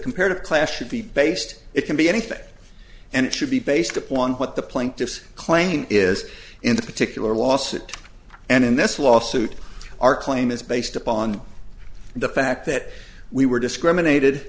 comparative class should be based it can be anything and it should be based upon what the plaintiff's claim is in the particular lawsuit and in this lawsuit our claim is based upon the fact that we were discriminated